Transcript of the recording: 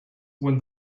when